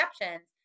exceptions